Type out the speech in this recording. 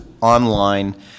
online